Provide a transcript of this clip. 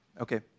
Okay